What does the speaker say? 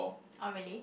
oh really